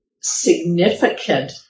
significant